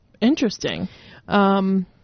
Interesting